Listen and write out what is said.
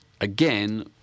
Again